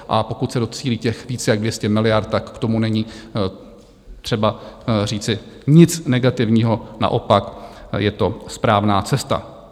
A pokud se docílí těch víc jak 200 miliard, tak k tomu není třeba říci nic negativního, naopak, je to správná cesta.